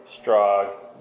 straw